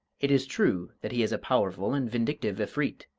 it is true that he is a powerful and vindictive efreet,